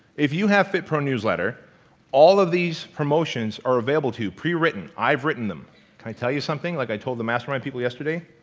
if you have fitpro newsletter all of these promotions are available to you. pre-written. i've written them. can i tell you something? like i told the mastermind people yesterday?